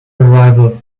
arrival